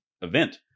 event